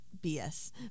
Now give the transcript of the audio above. BS